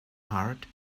heart